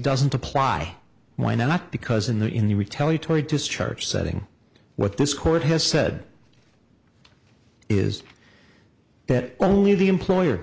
doesn't apply why not because in the in the retaliatory discharge setting what this court has said is that only the employer